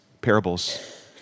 parables